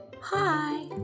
hi